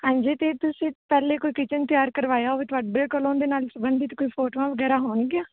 ਹਾਂਜੀ ਅਤੇ ਤੁਸੀਂ ਪਹਿਲੇ ਕੋਈ ਕਿਚਨ ਤਿਆਰ ਕਰਵਾਇਆ ਹੋਵੇ ਤੁਹਾਡੇ ਕੋਲ ਉਹਦੇ ਨਾਲ ਸੰਬੰਧਿਤ ਕੋਈ ਫੋਟੋਆਂ ਵਗੈਰਾ ਹੋਣਗੀਆਂ